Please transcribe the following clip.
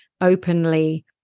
openly